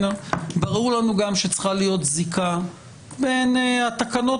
ברור לנו גם שצריכה להיות זיקה בין התקנות